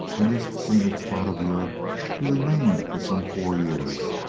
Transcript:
in this scenic spot of europe he remained for some four years,